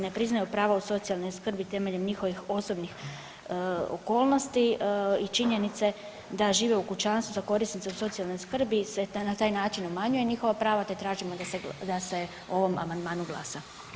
ne priznaju prava od socijalne skrbi temeljem njihovih osobnih okolnosti i činjenice da žive u kućanstvu za korisnike socijalne skrbi i na taj način umanjuju njihova prava, te tražimo da se o ovom amandmanu glasa.